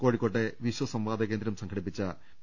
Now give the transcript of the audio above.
കോഴിക്കോട്ടെ വിശ്വസംവാദ കേന്ദ്രം സംഘടിപ്പിച്ച പി